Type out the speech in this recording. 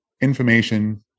information